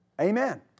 Amen